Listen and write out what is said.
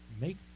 make